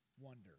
wonder